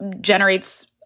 generates